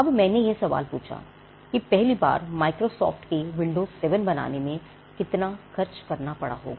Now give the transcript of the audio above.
अब मैंने यह सवाल पूछा पहली बार माइक्रोसॉफ्ट को विंडोज 7 बनाने में कितना खर्च करना पड़ा होगा